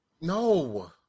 No